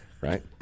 Right